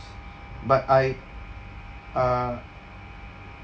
but I uh